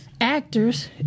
actors